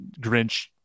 Grinch